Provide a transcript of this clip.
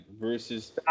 versus